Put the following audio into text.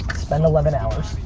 spend eleven hours